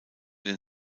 den